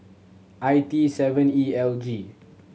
I T seven E L G